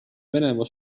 venemaa